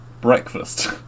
breakfast